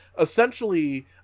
Essentially